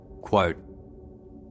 Quote